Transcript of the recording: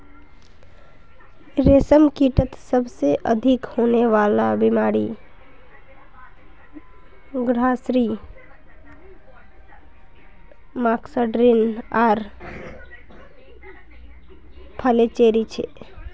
रेशमकीटत सबसे अधिक होने वला बीमारि ग्रासरी मस्कार्डिन आर फ्लैचेरी छे